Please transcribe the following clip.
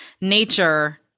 nature